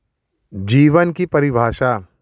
जीवन की परिभाषा